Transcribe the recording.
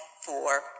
four